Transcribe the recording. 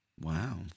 wow